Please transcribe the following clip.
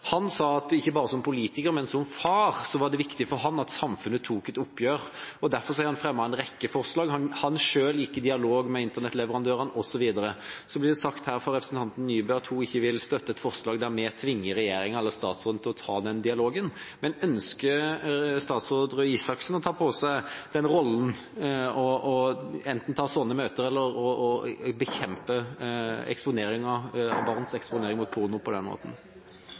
han fremmet en rekke forslag. Han selv gikk i dialog med internettleverandørene osv. Så blir det sagt her fra representanten Nybø at hun ikke vil støtte et forslag der vi tvinger regjeringen eller statsråden til å ta den dialogen. Men ønsker statsråd Røe Isaksen å ta på seg den rollen enten å ta sånne møter eller å bekjempe eksponering av vold og porno på den måten?